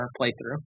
playthrough